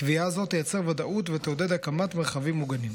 קביעה זו תייצר ודאות ותעודד הקמת מרחבים מוגנים.